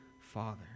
father